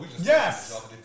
Yes